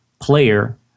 player